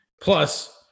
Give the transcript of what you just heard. Plus